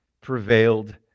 prevailed